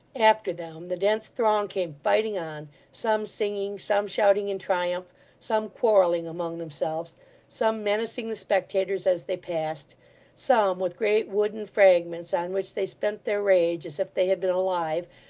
after them, the dense throng came fighting on some singing some shouting in triumph some quarrelling among themselves some menacing the spectators as they passed some with great wooden fragments, on which they spent their rage as if they had been alive,